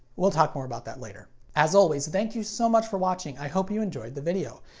we'll talk more about that later. as always, thank you so much for watching! i hope you enjoyed the video.